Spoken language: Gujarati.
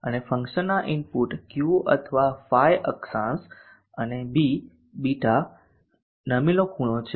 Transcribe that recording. અને ફંકશનના ઇનપુટ Q અથવા ø અક્ષાંશ અને B β નમેલો ખૂણો છે